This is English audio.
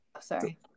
sorry